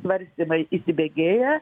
svarstymai įsibėgėja